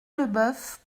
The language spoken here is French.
leboeuf